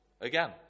again